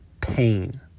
pain